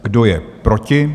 Kdo je proti?